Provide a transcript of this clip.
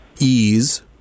ease